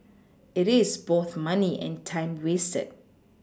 it is both money and time wasted